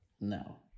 No